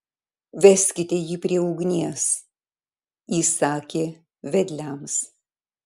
veskite jį prie ugnies įsakė vedliams